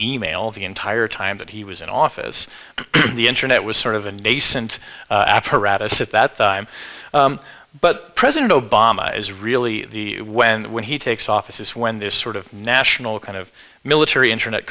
e mail the entire time that he was in office the internet was sort of a nascent apparatus at that time but president obama is really when when he takes office when this sort of national kind of military internet